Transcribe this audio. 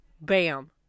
bam